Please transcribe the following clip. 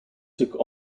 took